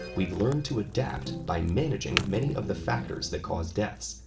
we've learned to adapt by managing many of the factors that cause deaths,